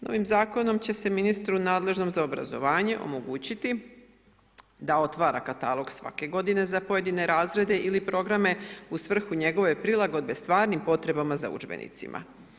Novim zakonom će se ministru nadležnom za obrazovanje omogućiti da otvara katalog svake godine za pojedine razrede ili programe u svrhu njegove prilagodbe stvarnim potrebama za udžbenicima.